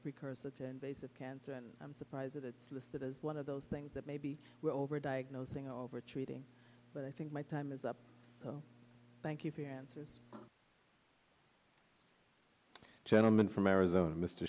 precursor to invasive cancer and i'm surprised that it's listed as one of those things that maybe we're over diagnosing over treating but i think my time is up so thank you for your answers the gentleman from arizona mister